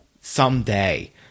someday